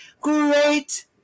great